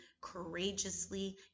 Courageously